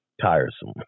tiresome